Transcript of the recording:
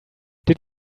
did